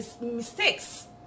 mistakes